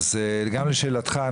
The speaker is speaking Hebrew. אז גם לשאלתך,